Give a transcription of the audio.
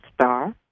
star